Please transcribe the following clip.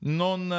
non